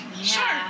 Sure